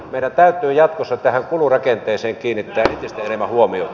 meidän täytyy jatkossa tähän kulurakenteeseen kiinnittää entistä enemmän huomiota